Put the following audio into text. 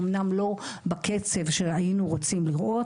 אמנם לא בקצב שהיינו רוצים לראות,